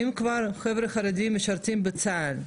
אם כבר חבר'ה חרדים משרתים בצה"ל,